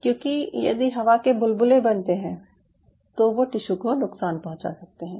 क्यूंकि यदि हवा के बुलबुले बनते हैं तो वो टिश्यू को नुकसान पहुंचा सकते हैं